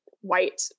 white